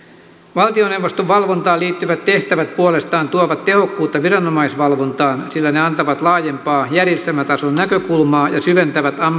valtioneuvoston valvontaan liittyvät tehtävät puolestaan tuovat tehokkuutta viranomaisvalvontaan sillä ne antavat laajempaa järjestelmätason näkökulmaa ja syventävät